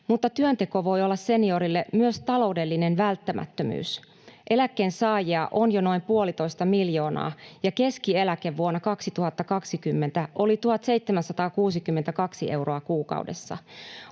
mutta työnteko voi olla seniorille myös taloudellinen välttämättömyys. Eläkkeensaajia on jo noin puolitoista miljoonaa, ja keskieläke vuonna 2020 oli 1 762 euroa kuukaudessa.